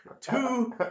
two